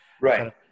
Right